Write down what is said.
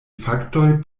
faktoj